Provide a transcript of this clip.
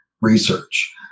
research